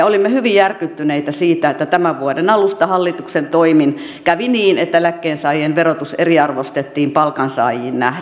olimme hyvin järkyttyneitä siitä että tämän vuoden alusta hallituksen toimin kävi niin että eläkkeensaajien verotus eriarvoistettiin palkansaajiin nähden